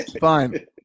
Fine